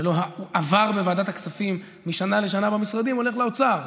ולא עבר בוועדת הכספים משנה לשנה במשרדים הולך לאוצר.